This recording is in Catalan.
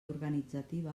organitzativa